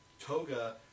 Toga